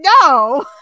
no